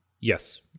yes